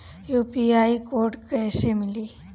UPI code कैसे मिली?